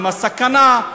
עם הסכנה,